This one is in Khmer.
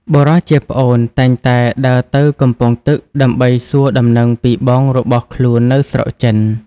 បុរសជាប្អូនតែងតែដើរទៅកំពង់ទឹកដើម្បីសួរដំណឹងពីបងរបស់ខ្លួននៅស្រុកចិន។